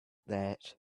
that